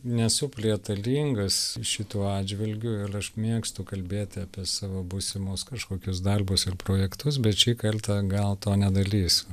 nesu prietaringas šituo atžvilgiu ir aš mėgstu kalbėti apie savo būsimus kažkokius darbus ir projektus bet šį kartą gal to nedarysiu